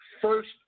first